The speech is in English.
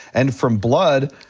and from blood,